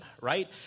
right